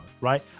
right